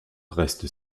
reste